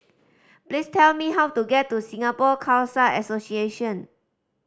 please tell me how to get to Singapore Khalsa Association